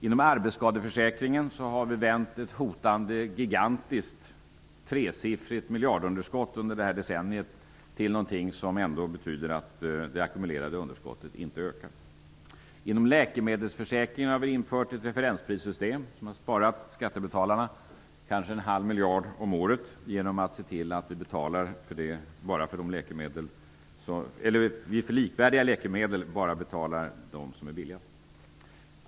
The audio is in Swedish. Inom arbetsskadeförsäkringen har vi vänt ett gigantiskt hotande tresiffrigt miljardunderskott under det här decenniet till någonting som ändå betyder att det ackumulerade underskottet inte ökar. Inom läkemedelsförsäkringen har vi infört ett referensprissystem. Det kommer att spara skattebetalarna kanske en halv miljard om året genom att vi för likvärdiga läkemedel bara betalar de som är billigast.